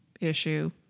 issue